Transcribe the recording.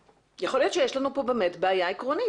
יכול להיות שיש לנו כאן בעיה עקרונית.